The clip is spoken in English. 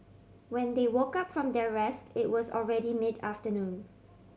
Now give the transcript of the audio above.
when they woke up from their rest it was already mid afternoon